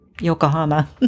yokohama